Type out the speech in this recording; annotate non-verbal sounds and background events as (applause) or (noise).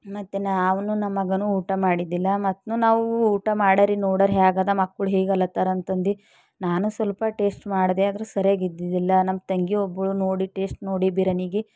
ಮತ್ತೆ ನಾವೂ ನನ್ನ ಮಗನೂ ಊಟ ಮಾಡಿದ್ದಿದ್ದಿಲ್ಲ ಮತ್ತು ನಾವು ಊಟ ಮಾಡಾರೀ ನೋಡಾರಿ ಹ್ಯಾಗದ ಮಕ್ಕಳು ಹೇಗೆಲ್ಲ (unintelligible) ಅಂತಂದು ನಾನೂ ಸ್ವಲ್ಪ ಟೇಸ್ಟ್ ಮಾಡಿದೆ ಆದರೆ ಅದು ಸರಿಯಾಗಿ ಇದ್ದಿದ್ದಿಲ್ಲ ನನ್ನ ತಂಗಿ ಒಬ್ಬು ನೋಡಿ ಟೇಸ್ಟ್ ನೋಡಿ ಬಿರಿಯಾನಿಗೆ